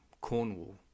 cornwall